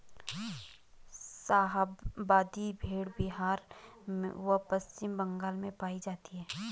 शाहाबादी भेड़ बिहार व पश्चिम बंगाल में पाई जाती हैं